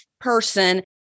person